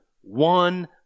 One